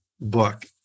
book